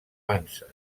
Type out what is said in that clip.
panses